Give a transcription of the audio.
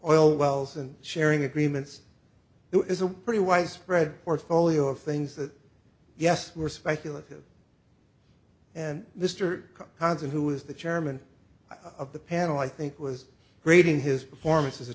oil wells and sharing agreements is a pretty widespread portfolio of things that yes we're speculative and mr hudson who is the chairman of the panel i think was grading his performance as a